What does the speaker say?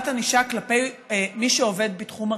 ענישה כלפי מי שעובד בתחום הרפואה,